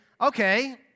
okay